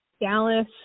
Dallas